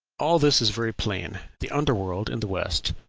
all this is very plain the under-world in the west,